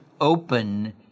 open